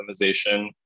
optimization